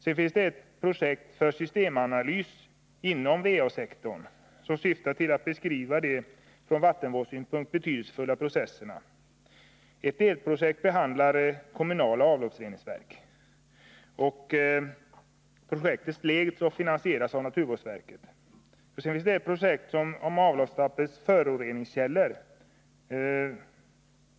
Vidare finns det ett projekt för systemanalys inom VA-sektorn syftande till att beskriva de från vattenvårdssynpunkt betydelsefulla processerna. Ett delprojekt behandlar kommunala avloppsreningsverk. Projektet leds och finansieras av naturvårdsverket. Sedan finns det ett projekt som gäller avloppsvattnets föroreningskällor.